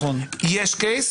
יש קייס